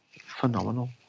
Phenomenal